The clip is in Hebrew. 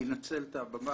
אני אנצל את הבמה,